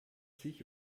sich